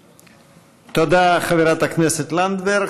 תודה, חברת הכנסת לנדבר.